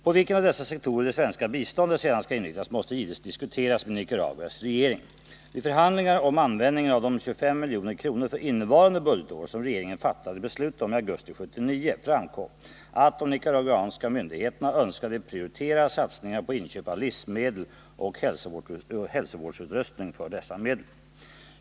På vilken av dessa sektorer det svenska biståndet sedan skall inriktas måste givetvis diskuteras med Nicaraguas regering. Vid förhandlingar om användningen av de 25 milj.kr. för innevarande budgetår som regeringen fattade beslut om i augusti 1979 framkom, att de nicaraguanska myndigheterna önskade prioritera satsningar på inköp av livsmedel och hälsovårdsutrustning för dessa medel.